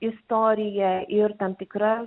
istorija ir tam tikra